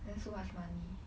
then so much money